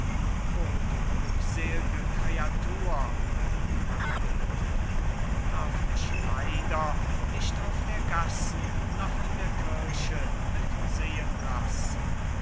o du glücksel'ge creatur margarete darf mich leider nicht auf der gassen noch in der kirche mit sehen lassen